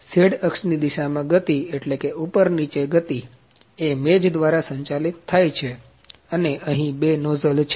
Z અક્ષ ની દિશા માં ગતિ એટલે કે ઉપર અને નીચે ગતિ એ મેજ દ્વારા સંચાલિત થાય છે અને અહી બે નોઝલ છે